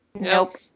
Nope